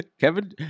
Kevin